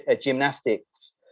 gymnastics